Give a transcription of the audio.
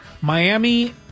Miami